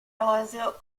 roseo